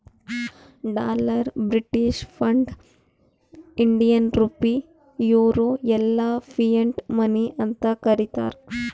dollar, British pound, Indian rupee, euro ಎಲ್ಲಾ fiat money ಅಂತ್ ಕರೀತಾರ